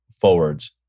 forwards